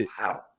wow